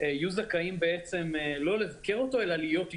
יהיו זכאים לא לבקר אותו אלא להיות איתו.